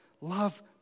Love